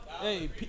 Hey